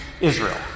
Israel